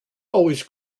always